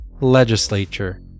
legislature